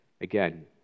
again